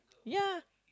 ya